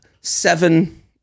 seven